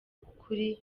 kuri